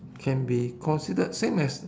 can be considered same as